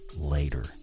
later